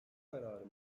kararı